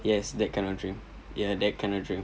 yes that kind of dream ya that kind of dream